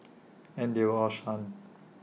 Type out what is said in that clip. and they were all stunned